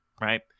right